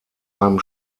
einem